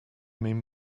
mean